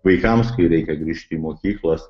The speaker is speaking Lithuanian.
vaikams kai reikia grįžti į mokyklas